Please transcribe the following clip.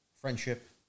friendship